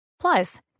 Plus